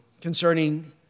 concerning